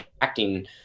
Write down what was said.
acting